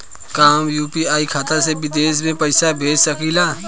का हम यू.पी.आई खाता से विदेश म पईसा भेज सकिला?